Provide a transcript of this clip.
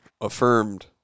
affirmed